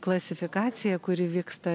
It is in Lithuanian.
klasifikacija kuri vyksta